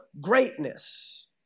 greatness